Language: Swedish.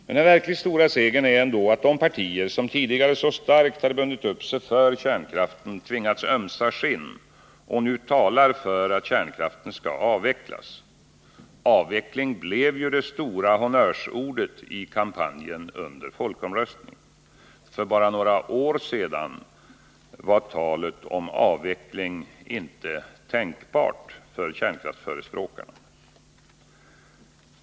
Den verkligt stora segern är ändå att de partier som tidigare så starkt hade bundit upp sig för kärnkraften tvingats ömsa skinn och nu talar för att kärnkraften skall avvecklas. Avveckling blev det stora honnörsordet i kampanjen inför folkomröstningen. För bara några år sedan var talet om avveckling inte tänkbart för kärnkraftsförespråkarna.